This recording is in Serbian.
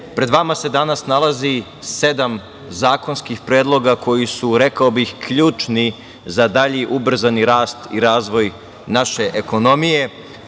pred vama se danas nalazi sedam zakonskih predloga koji su, rekao bih, ključni za dalji ubrzani rast i razvoj naše ekonomije. Tri